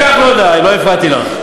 לא הפרעתי לך.